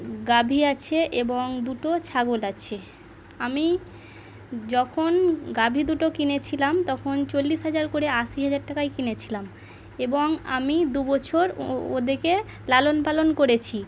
গাভী আছে এবং দুটো ছাগল আছে আমি যখন গাভী দুটো কিনেছিলাম তখন চল্লিশ হাজার করে আশি হাজার টাকায় কিনেছিলাম এবং আমি দু বছর ও ওদেরকে লালন পালন করেছি